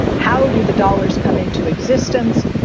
how do the dollars come into existence?